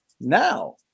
Now